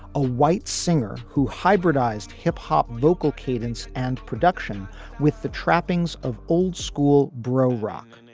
a white singer who hybridized hip hop, vocal cadence and production with the trappings of old school bro rock.